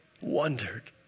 wondered